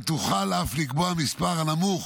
ותוכל אף לקבוע מספר הנמוך